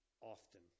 often